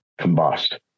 combust